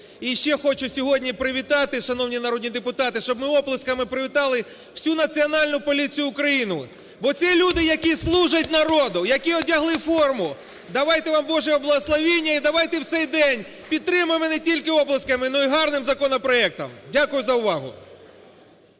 І ще хочу сьогодні привітати, шановні народні депутати, щоб ми оплесками привітали всю Національну поліцію України. Бо ці люди, які служать народу, які одягли форму, дайте вам божого благословіння. (Оплески) І давайте в цей день підтримаємо не тільки оплесками, а і гарним законопроектом. Дякую за увагу.